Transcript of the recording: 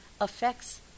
affects